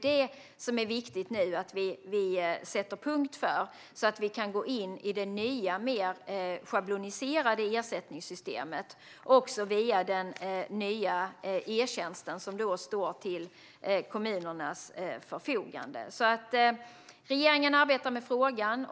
Det är viktigt att vi nu sätter punkt för det, så att vi kan gå över till det nya, mer schabloniserade ersättningssystemet via den nya e-tjänsten som står till kommunernas förfogande. Regeringen arbetar med frågan.